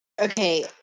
Okay